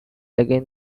again